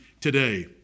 today